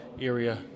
area